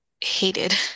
hated